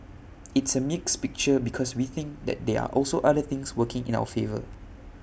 it's A mixed picture because we think that there're also other things working in our favour